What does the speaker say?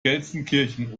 gelsenkirchen